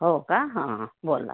हो का हां बोला बोला